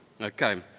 Okay